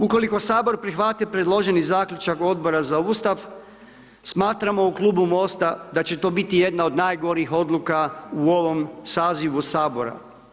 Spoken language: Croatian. Ukoliko HS prihvati predloženi zaključak Odbora za ustav, smatramo u Klubu MOST-a da će to biti jedna od najgorih odluka u ovom sazivu HS.